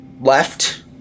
left